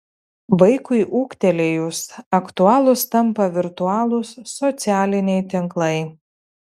vaikui ūgtelėjus aktualūs tampa virtualūs socialiniai tinklai